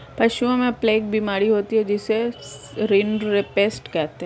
पशुओं में प्लेग बीमारी होती है जिसे रिंडरपेस्ट कहते हैं